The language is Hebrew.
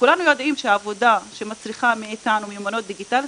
וכולנו יודעים שעבודה שמצריכה מאיתנו מיומנות דיגיטלית,